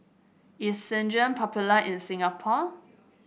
is Selsun popular in Singapore